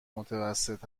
متوسط